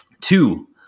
Two